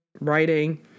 writing